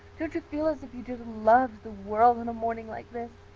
don't you feel as if you just loved the world on a morning like this?